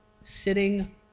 sitting